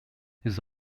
his